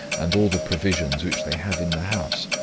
and all the provisions which they have in the house,